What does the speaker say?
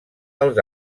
als